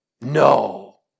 No